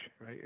right